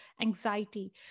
anxiety